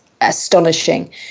astonishing